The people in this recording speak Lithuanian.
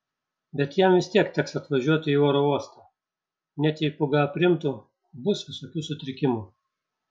bet jam vis tiek teks atvažiuoti į oro uostą net jei pūga aprimtų bus visokių sutrikimų